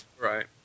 Right